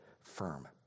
firm